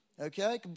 okay